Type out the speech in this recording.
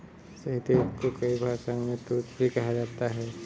शहतूत को कई भाषाओं में तूत भी कहा जाता है